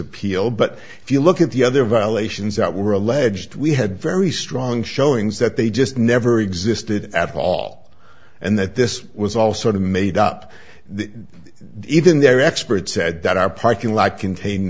appeal but if you look at the other violations that were alleged we had very strong showings that they just never existed at all and that this was all sort of made up the even their experts said that our parking lot contain